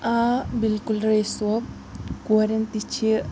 آ بالکُل رٔیٖس صوب کورِٮ۪ن تہِ چھِ